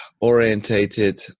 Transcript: orientated